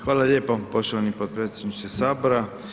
Hvala lijepo poštovani potpredsjedniče Sabora.